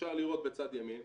אפשר לראות בצד ימין